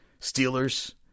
Steelers